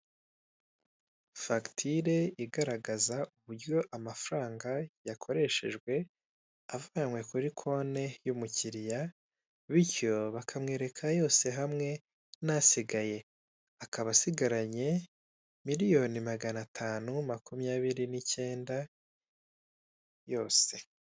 Fagitire igaragaraza uburyo amafaranga yakoreshejwe avanwe kuri konte y'umukiriya, bityo bakamwereka yose hamwe n'asigaye, akaba asigaranye miliyoni magana atanu makumyabiri n'ikenda yose.